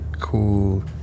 cool